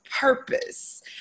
purpose